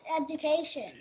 education